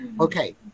Okay